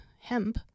hemp